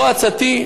זו הצעתי.